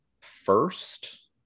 first